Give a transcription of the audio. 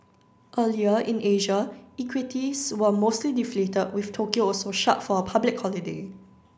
earlier in Asia equities were mostly deflated with Tokyo also shut for a public holiday